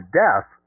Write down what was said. death